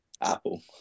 Apple